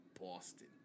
Boston